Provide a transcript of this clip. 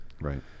Right